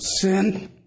sin